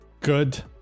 Good